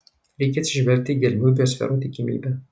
reikia atsižvelgti į gelmių biosferų tikimybę